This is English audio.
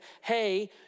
hey